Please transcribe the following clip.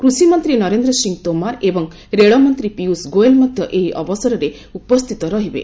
କୃଷିମନ୍ତ୍ରୀ ନରେନ୍ଦ୍ର ସିଂହ ତୋମାର ଏବଂ ରେଳମନ୍ତ୍ରୀ ପିୟୁଷ ଗୋୟଲ୍ ମଧ୍ୟ ଏହି ଅବସରରେ ଉପସ୍ଥିତ ରହିବେ